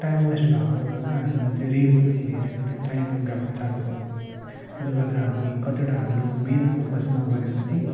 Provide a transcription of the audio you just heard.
time waste भएकोले गर्दा हामीले त्यो रिल्सले हेरेकोले टाइम गएको चाल पाउँदैन त्यसले गर्दा हामी कतिवटा हाम्रो मेन फोकस नगरेपछि